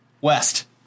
west